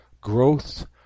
growth